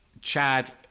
Chad